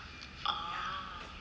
oh